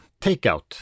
takeout